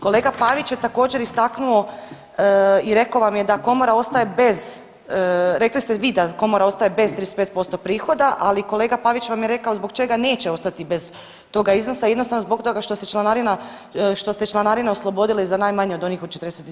Kolega Pavić je također istaknuo i rekao vam je da komora ostaje bez, rekli ste vi da komora ostaje bez 35% prihoda, ali kolega Pavić vam je rekao zbog čega neće ostati bez toga iznosa jednostavno zbog toga što se članarina, što se članarina oslobodila i za najmanje od onih od 42 kune.